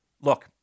look